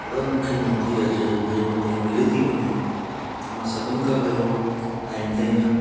अगरि मूंखे नौकरी अॼु हीअ नौकरी मिली थी वञे त मां सभिन खां पंहिरों टाइम ते ईंदुमि